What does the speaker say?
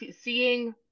seeing